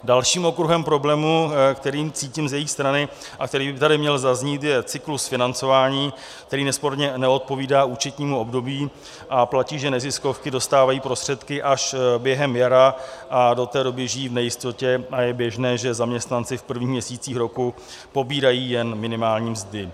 Dalším okruhem problémů, který cítím z jejich strany a který by tady měl zaznít, je cyklus financování, který nesporně neodpovídá účetnímu období, a platí, že neziskovky dostávají prostředky až během jara a do té doby žijí v nejistotě a je běžné, že zaměstnanci v prvních měsících roku pobírají jen minimální mzdy.